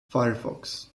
firefox